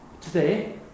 today